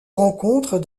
rencontre